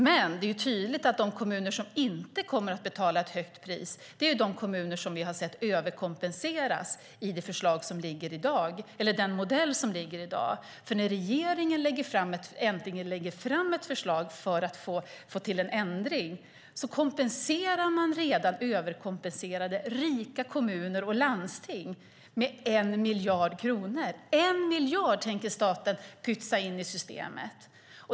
Men det är tydligt att de kommuner som inte kommer att betala ett högt pris är de kommuner som vi har sett överkompenseras i den modell som ligger i dag. När regeringen äntligen lägger fram ett förslag för att få till en ändring kompenserar man redan överkompenserade rika kommuner och landsting med 1 miljard kronor. 1 miljard tänker staten pytsa in i systemet.